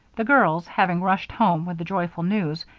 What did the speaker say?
the girls, having rushed home with the joyful news,